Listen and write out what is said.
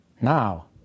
now